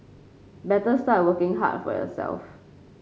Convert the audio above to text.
better start working hard for yourself